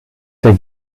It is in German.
der